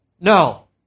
No